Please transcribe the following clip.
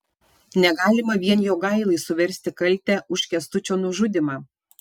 negalima vien jogailai suversti kaltę už kęstučio nužudymą